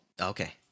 Okay